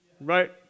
right